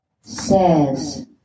says